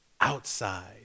outside